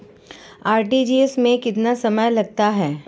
RTGS में कितना समय लगता है?